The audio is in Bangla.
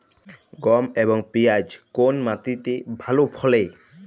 গম এবং পিয়াজ কোন মাটি তে ভালো ফলে?